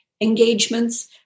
engagements